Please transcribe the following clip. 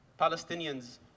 Palestinians